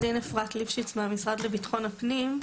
שלום, אני מהמשרד לביטחון הפנים.